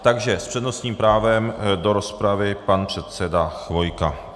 S přednostním právem do rozpravy pan předseda Chvojka.